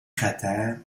cratère